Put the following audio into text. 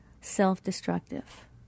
self-destructive